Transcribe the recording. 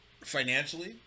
financially